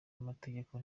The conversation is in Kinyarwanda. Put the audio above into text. amategeko